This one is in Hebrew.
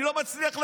אני לא מצליח להבין.